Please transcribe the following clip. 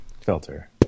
filter